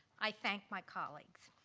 i thank my colleagues.